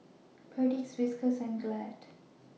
Perdix Whiskas and Glad